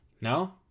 No